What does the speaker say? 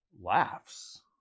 laughs